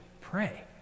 pray